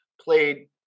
played